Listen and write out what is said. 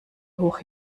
hoch